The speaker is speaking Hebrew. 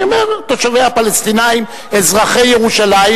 אני אומר: תושביה הפלסטינים אזרחי ירושלים,